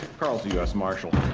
carl's a u s. marshal.